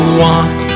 walk